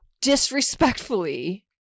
disrespectfully